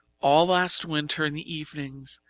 all last winter in the evenings,